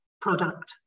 product